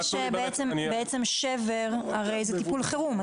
הרי שבר זה טיפול חירום,